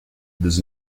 does